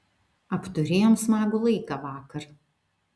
apturėjom smagų laiką vakar